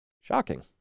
shocking